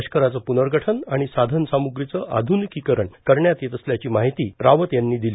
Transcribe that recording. लष्कराचं प्नर्गठन आणि साधन साम्ग्रीचे आध्निकीकरण करण्यात येत असल्याची माहिती रावत यांनी दिली